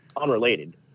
unrelated